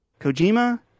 Kojima